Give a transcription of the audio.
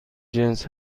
جنس